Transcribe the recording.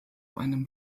einem